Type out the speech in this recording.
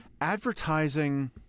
advertising